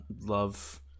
love